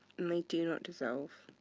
and they do not dissolve.